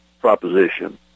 proposition